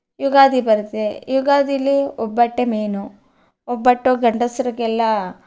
ಯುಗಾದಿ ಬರುತ್ತೆ ಯುಗಾದಿಲಿ ಒಬ್ಬಟ್ಟೆ ಮೇಯ್ನು ಒಬ್ಬಟ್ಟು ಗಂಡಸ್ರಿಗೆಲ್ಲ